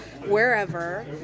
wherever